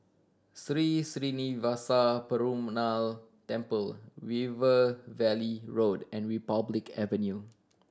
Sri Srinivasa Perumal Temple River Valley Road and Republic Avenue